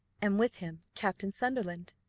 and with him captain sunderland.